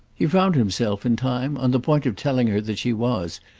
he found himself in time on the point of telling her that she was,